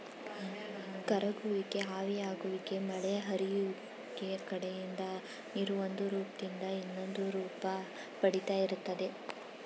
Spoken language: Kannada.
ಕರಗುವಿಕೆ ಆವಿಯಾಗುವಿಕೆ ಮಳೆ ಹರಿಯುವಿಕೆ ಕಡೆಯಿಂದ ನೀರು ಒಂದುರೂಪ್ದಿಂದ ಇನ್ನೊಂದುರೂಪ ಪಡಿತಾ ಇರ್ತದೆ